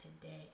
today